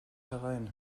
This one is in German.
herein